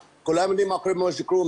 כולם יודעים מה קורה במג'ד אל כרום.